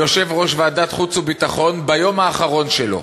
יושב-ראש ועדת החוץ והביטחון, ביום האחרון שלו,